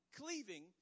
cleaving